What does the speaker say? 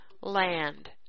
land